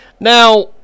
Now